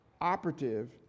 operative